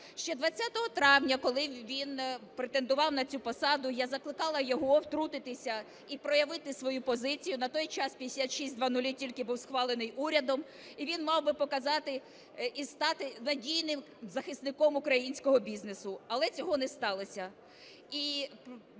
Ще 20 травня, коли він претендував на цю посаду, я закликала його втрутитися і проявити свою позицію. На той час 5600 тільки був схвалений, і він мав би показати і стати надійним захисником українського бізнесу. Але цього не сталося.